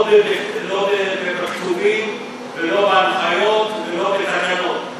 לא בכתובים ולא בהנחיות ולא בתקנות.